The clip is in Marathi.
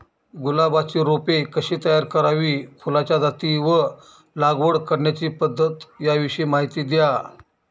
गुलाबाची रोपे कशी तयार करावी? फुलाच्या जाती व लागवड करण्याची पद्धत याविषयी माहिती द्या